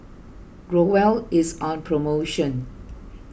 Growell is on promotion